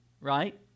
right